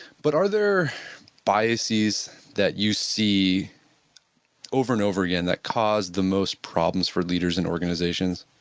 but are there biases that you see over and over again that cause the most problems for leaders and organizations?